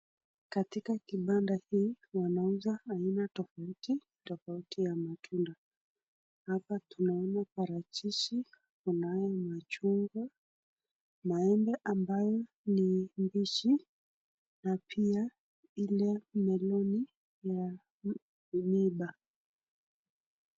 Katika kibanda hii wanauza aina tafouti tafouti ya matunda. Hapa tunaona parachichi, kunaye machungwa, maembe ambayo ni mbichi na pia ile meloni ya miba.